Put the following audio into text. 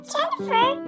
Jennifer